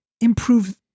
improve